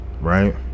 right